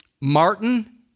Martin